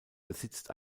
besitzt